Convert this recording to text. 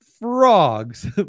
frogs